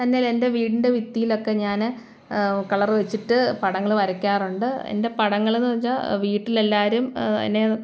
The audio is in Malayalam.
തന്നെയല്ല എൻ്റെ വീടിൻ്റെ ഭിത്തിയിലൊക്കെ ഞാൻ കളർ വച്ചിട്ട് പടങ്ങൾ വരയ്ക്കാറുണ്ട് എൻ്റെ പടങ്ങളെന്നു വച്ചാൽ വീട്ടിലെല്ലാവരും എന്നെ